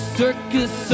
circus